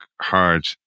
hard